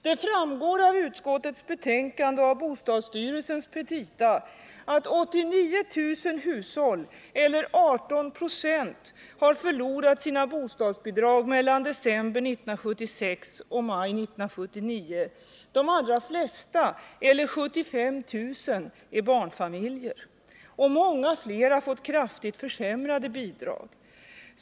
Det framgår av utskottets betänkande och av bostadsstyrelsens petita att 89 000 hushåll eller 18 26 har förlorat sina bostadsbidrag mellan december 1976 och maj 1979. De allra flesta eller 75 000 är barnfamiljer. Många fler har fått kraftigt försämrade bidrag.